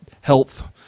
health